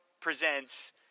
presents